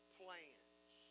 plans